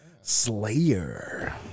Slayer